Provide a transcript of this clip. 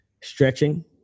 stretching